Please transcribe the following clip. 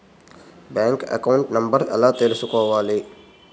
Bank account number ఎలా తీసుకోవాలి?